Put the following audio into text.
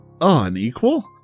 unequal